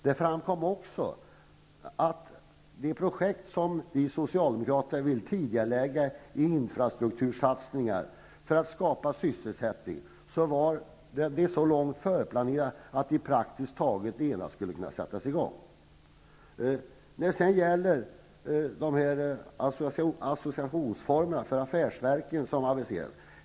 Det framkom också att det projekt som vi socialdemokrater vill tidigarelägga beträffande infrastruktursatsningar för att skapa sysselsättning är så långt planerade att de skulle kunna sättas i gång praktiskt taget genast. Det har aviserats associationsformer för affärsverken.